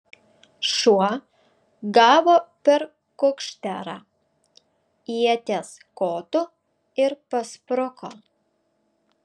šuo gavo per kukšterą ieties kotu ir paspruko